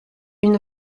une